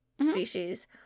species